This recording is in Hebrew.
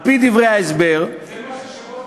זהו?